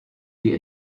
die